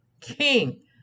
king